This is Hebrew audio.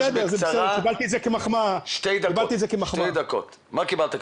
שתי דקות,